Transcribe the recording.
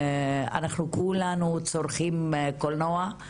אנחנו כולנו צורכים קולנוע,